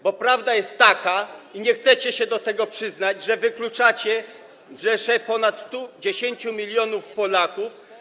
Bo prawda jest taka, i nie chcecie się do tego przyznać, że wykluczacie rzeszę ponad 10 mln Polaków.